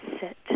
sit